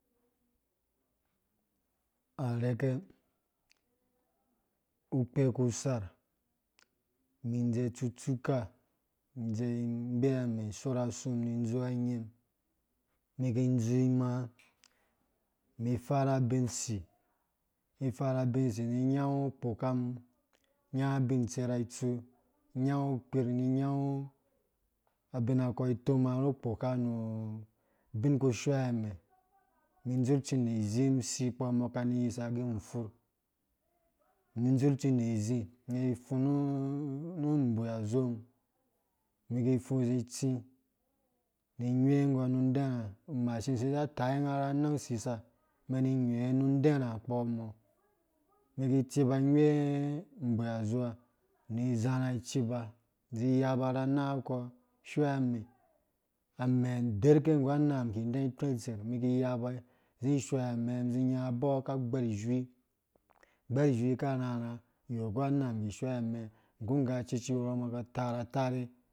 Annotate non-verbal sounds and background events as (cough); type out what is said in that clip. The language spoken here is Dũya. Arhɛkɛn ukpe ku sarh mĩ dz ttsutsuka mĩdze ibei amãã isorh asum ni dzu anyĩm mĩ dzur imãã nĩ farha abin usi kifarha bi si ni nyangũ ukpokam nyangã abi tserha itsu nyangã kpir nĩ nyangũ abinakɔ itoma nu kpoka nu bin ku shoi amɛɛ nĩ dzur tsindĩ zĩm sĩ kpuha mbɔ ka ni yisa gɛ (unintelligible) mĩ tsĩ nĩ (unintelligible) nũ dɛrha machine side taingã ra nãng sia mɛn ni nghwɛ nũ ndɛrha kpɔ mɔ mĩ ki ciba nghwe nũ ndɛrhã nbui azowa nĩ zɛrhã iciba zĩ yaba ra anang ako mɔ shoi amɛɛ amɛɛ aderke nggu anangũ mĩ ki dɛ itɔi itserh miki yaba miki yaba mĩ zĩ nyã abɔ ka gbɛrh izhui gbɛrh izhui akarhãrhã yo nggu anangã mĩ ki shoi amɛɛ nggu ngga cucci wɔ mbɔ ka tarhe